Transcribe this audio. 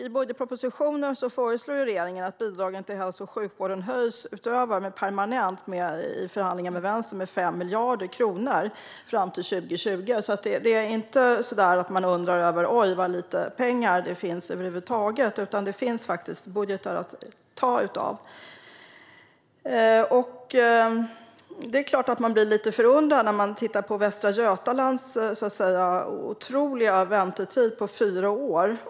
I budgetpropropositionen föreslår regeringen, efter förhandlingar med Vänstern, att bidragen till hälso och sjukvården höjs permanent med 5 miljarder kronor fram till 2020. Man behöver alltså inte undra över detta och tycka att det över huvud taget finns för lite pengar. Det finns budgetar att ta av. Det är klart att man blir lite förundrad när man ser Västra Götalands otroligt långa väntetid på fyra år.